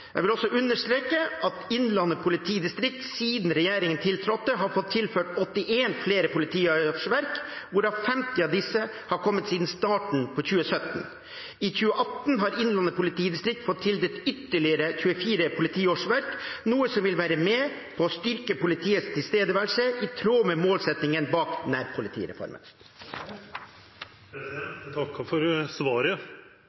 Jeg vil også understreke at Innlandet politidistrikt, siden regjeringen tiltrådte, har fått tilført 81 flere politiårsverk, hvorav 50 har kommet siden starten av 2017. I 2018 har Innlandet politidistrikt fått tildelt ytterligere 24 politiårsverk, noe som vil være med på å styrke politiets tilstedeværelse i tråd med målsettingen bak nærpolitireformen.